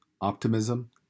optimism